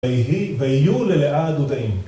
ויהיו ללאה דודאים